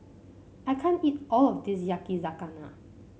I can't eat all of this Yakizakana